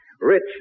rich